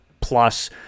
Plus